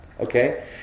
Okay